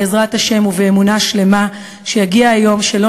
בעזרת השם ובאמונה שלמה שיגיע היום שלא